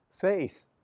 Faith